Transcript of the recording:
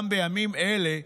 גם בימים אלה,